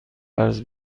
قرض